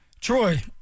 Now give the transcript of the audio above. Troy